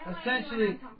essentially